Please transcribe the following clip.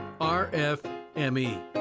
RFME